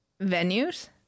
venues